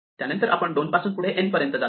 त्यानंतर आपण 2 पासून पुढे n पर्यंत जातो